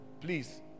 please